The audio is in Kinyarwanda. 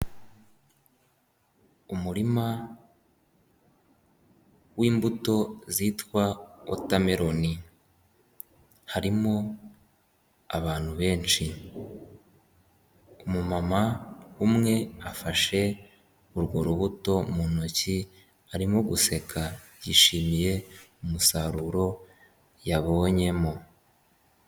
Umurima w'Imbuto zitwa otamironi, harimo abantu benshi, umu mama umwe afashe urwo rubuto mu ntoki, arimo guseka yishimiye umusaruro yabonyemo.